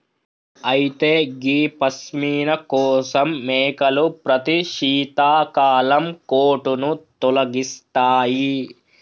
అయితే గీ పష్మిన కోసం మేకలు ప్రతి శీతాకాలం కోటును తొలగిస్తాయి